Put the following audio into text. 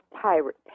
pirate